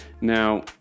Now